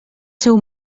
seu